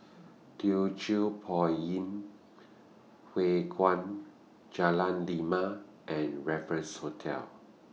Teochew Poit Ip Huay Kuan Jalan Lima and Raffles Hotel